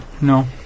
No